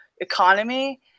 economy